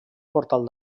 portal